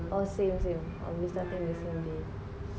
oh same same obviously on the same day